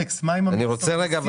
אלכס, מה עם מכסות?